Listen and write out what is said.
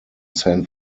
san